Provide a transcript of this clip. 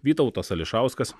vytautas ališauskas